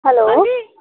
hello